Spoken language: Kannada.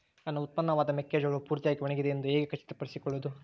ನನ್ನ ಉತ್ಪನ್ನವಾದ ಮೆಕ್ಕೆಜೋಳವು ಪೂರ್ತಿಯಾಗಿ ಒಣಗಿದೆ ಎಂದು ಹೇಗೆ ಖಚಿತಪಡಿಸಿಕೊಳ್ಳಬಹುದು?